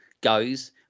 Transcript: goes